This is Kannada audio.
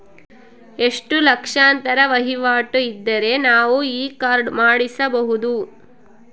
ಎಷ್ಟು ಲಕ್ಷಾಂತರ ವಹಿವಾಟು ಇದ್ದರೆ ನಾವು ಈ ಕಾರ್ಡ್ ಮಾಡಿಸಬಹುದು?